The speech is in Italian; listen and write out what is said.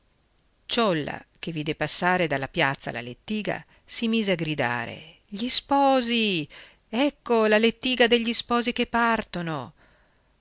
ciolla che vide passare dalla piazza la lettiga si mise a gridare gli sposi ecco la lettiga degli sposi che partono